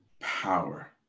power